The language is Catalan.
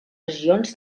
regions